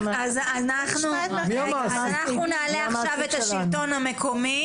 אנחנו נעלה עכשיו את השלטון המקומי.